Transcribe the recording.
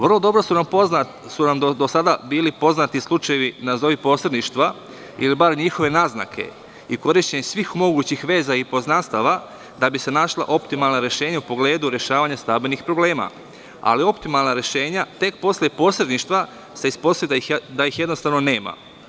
Vrlo dobro su nam do sada bili poznati slučajevi, nazovi posredništva, ili bar njihove naznake i korišćenje svih mogućih veza i poznanstava, da bi se našla optimalna rešenje u pogledu rešavanja stambenih problema, ali optimalna rešenja tek posle posredništva se ispostavlja da ih jednostavno nema.